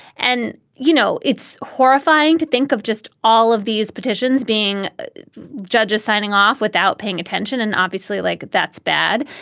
and, you know, it's horrifying to think of just all of these petitions being judges signing off without paying attention. and obviously, like, that's bad.